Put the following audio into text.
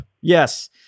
Yes